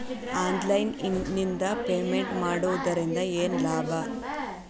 Online ನಿಂದ payment ಮಾಡುವುದರಿಂದ ಏನು ಲಾಭ?